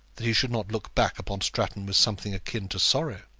that he should not look back upon stratton with something akin to sorrow?